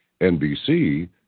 NBC